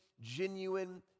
genuine